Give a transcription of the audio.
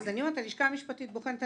אז אני אומרת, הלשכה המשפטית בוחנת.